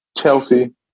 Chelsea